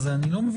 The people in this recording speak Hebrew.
להם כן יש אותו,